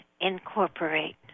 incorporate